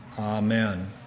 Amen